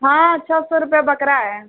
हाँ छः सौ रुपया बकरा है